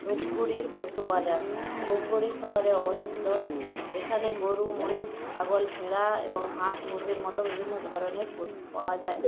ধুপগুড়ির পশু বাজার ধুপগুড়ি শহরে অবস্থিত এখানে গরু মহিষ ছাগল ভেড়া এবং হাঁস মুরগির মতো বিভিন্ন ধরনের পশু পাওয়া যায়